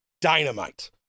dynamite